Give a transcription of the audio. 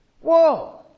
Whoa